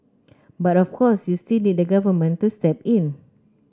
but of course you'll still need the government to step in